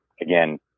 again